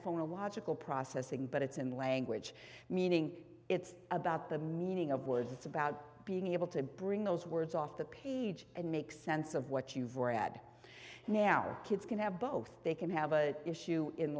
phonological processing but it's in language meaning it's about the meaning of words it's about being able to bring those words off the page and make sense of what you've read now kids can have both they can have a issue in